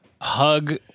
hug